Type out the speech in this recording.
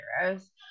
heroes